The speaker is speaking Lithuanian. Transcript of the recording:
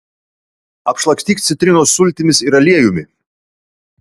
apšlakstyk citrinos sultimis ir aliejumi